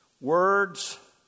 Words